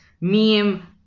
meme